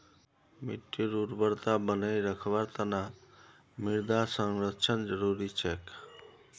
मिट्टीर उर्वरता बनई रखवार तना मृदा संरक्षण जरुरी छेक